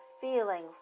feeling